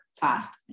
fast